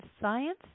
science